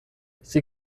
sie